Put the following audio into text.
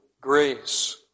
grace